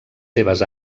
seves